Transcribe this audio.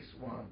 one